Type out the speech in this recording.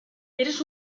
eres